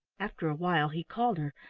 after a while he called her,